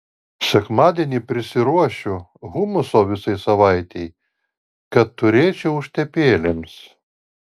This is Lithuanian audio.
sekmadienį prisiruošiu humuso visai savaitei kad turėčiau užtepėlėms